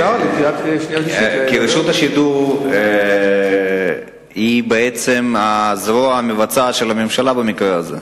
כי רשות השידור היא בעצם הזרוע המבצעת של הממשלה במקרה הזה.